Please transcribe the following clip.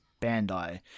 Bandai